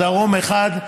בדרום אחד,